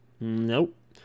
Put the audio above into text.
Nope